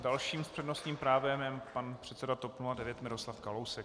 Další s přednostním právem je pan předseda TOP 09 Miroslav Kalousek.